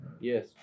yes